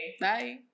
Bye